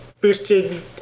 boosted